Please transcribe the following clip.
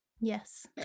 Yes